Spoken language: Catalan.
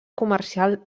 comercial